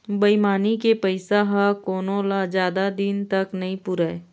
बेईमानी के पइसा ह कोनो ल जादा दिन तक नइ पुरय